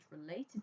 related